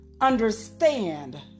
understand